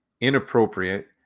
inappropriate